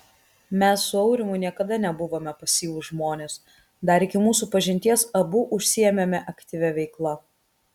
mes su aurimu niekada nebuvome pasyvūs žmonės dar iki mūsų pažinties abu užsiėmėme aktyvia veikla